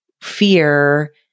fear